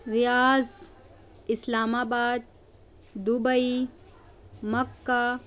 Riyadh Islamabad Dubai Mecca